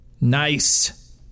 nice